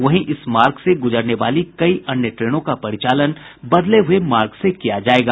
वहीं इस मार्ग से गुजरने वाली कई अन्य ट्रेनों का परिचालन बदले हुए मार्ग से किया जायेगा